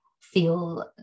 feel